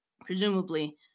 presumably